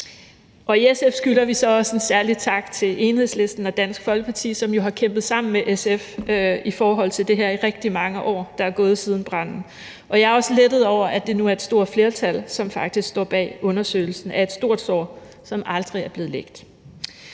I SF skylder vi også en særlig tak til Enhedslisten og Dansk Folkeparti, som jo har kæmpet sammen med SF for det her i de rigtig mange år, der er gået siden branden. Jeg er også lettet over, at det nu er et stort flertal, som faktisk står bag undersøgelsen af et stort sår, som aldrig er blevet lægt.